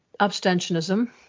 abstentionism